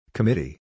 Committee